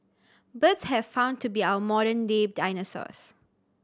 birds have found to be our modern day dinosaurs